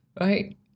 right